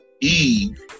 Eve